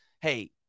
Hey